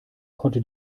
konnte